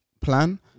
plan